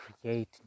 create